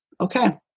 okay